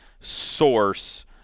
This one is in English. source